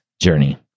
journey